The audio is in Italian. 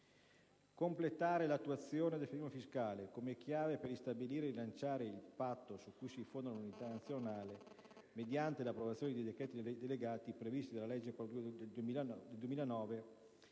completare l'attuazione del federalismo fiscale, come chiave per ristabilire e rilanciare il patto su cui si fonda l'unità nazionale, mediante l'approvazione dei decreti delegati previsti dalla legge n. 42 del 2009,